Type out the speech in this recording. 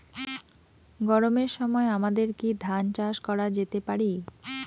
গরমের সময় আমাদের কি ধান চাষ করা যেতে পারি?